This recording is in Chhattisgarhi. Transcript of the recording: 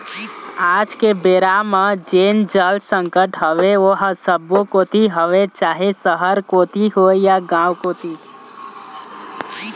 आज के बेरा म जेन जल संकट हवय ओहा सब्बो कोती हवय चाहे सहर कोती होय या गाँव कोती